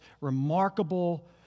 remarkable